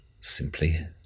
simply